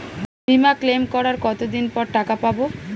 বিমা ক্লেম করার কতদিন পর টাকা পাব?